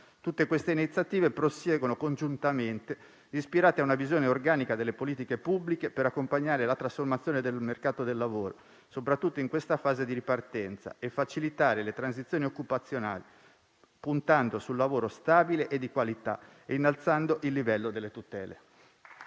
Tutte queste iniziative proseguono congiuntamente, ispirate a una visione organica delle politiche pubbliche per accompagnare la trasformazione del mercato del lavoro soprattutto in questa fase di ripartenza e facilitare le transizioni occupazionali, puntando sul lavoro stabile e di qualità e innalzando il livello delle tutele.